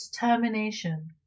determination